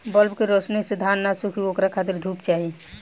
bulb के रौशनी से धान न सुखी ओकरा खातिर धूप चाही